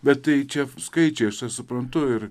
bet tai čia skaičiais aš suprantu ir